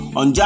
on